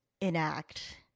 enact